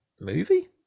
Movie